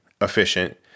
efficient